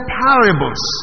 parables